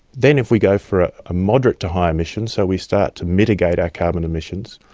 then if we go for a moderate to high emission, so we start to mitigate our carbon emissions,